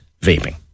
vaping